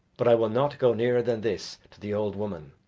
but i will not go nearer than this to the old woman,